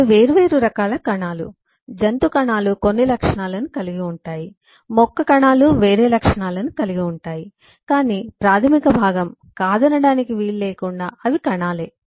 అవి వేర్వేరు రకాల కణాలు జంతు కణాలు కొన్ని లక్షణాలను కలిగి ఉంటాయి మొక్క కణాలు వేరే లక్షణాలను కలిగి ఉంటాయి కానీ ప్రాథమిక భాగం కాదనడానికి లేకుండా అవి కణాలే